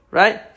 right